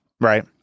Right